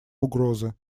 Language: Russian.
угрозы